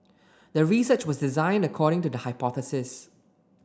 the research was designed according to the hypothesis